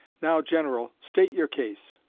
now, general, state your case.